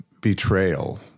betrayal